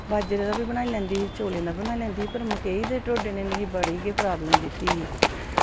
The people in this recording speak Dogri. बाजरै दा बी बनाई लैंदी चौलें दा बी बनाई लैंदी पर मक्काी दे ढोड्डै नै मिगी बड़ी गै प्रॉब्लम दित्ती ही